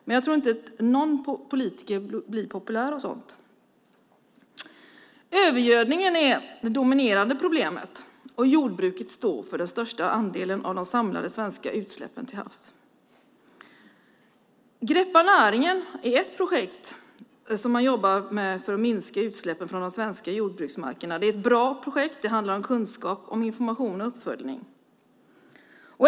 Men jag tror inte att någon politiker blir populär av sådant. Övergödningen är det dominerande problemet, och jordbruket står för den största andelen av de samlade svenska utsläppen till havs. Greppa näringen är ett projekt som man jobbar med för att minska utsläppen från de svenska jordbruksmarkerna. Det är ett bra projekt. Det handlar om kunskap, information och uppföljning.